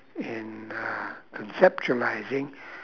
and uh conceptualising